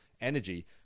Energy